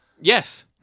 Yes